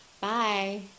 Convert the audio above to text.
Bye